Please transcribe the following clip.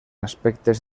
aspectes